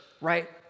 right